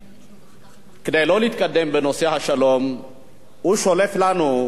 כדי לא להתקדם בנושא השלום הוא שולף לנו את אירן.